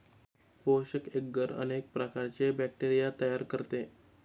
पोषक एग्गर अनेक प्रकारचे बॅक्टेरिया तयार करते